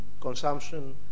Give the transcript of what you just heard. consumption